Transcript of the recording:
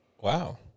Wow